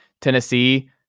Tennessee